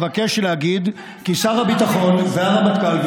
אבקש להגיד כי שר הביטחון והרמטכ"ל,